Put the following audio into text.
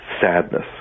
sadness